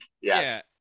Yes